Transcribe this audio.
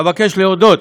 אבקש להודות